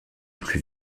plus